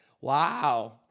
wow